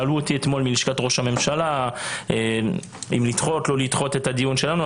לשכת ראש הממשלה שאלה אותי אתמול אם לדחות את הדיון שלנו,